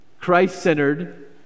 Christ-centered